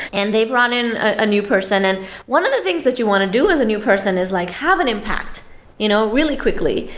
and they brought in a new person. and one of the things that you want to do with a new person is like have an impact you know really quickly.